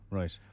right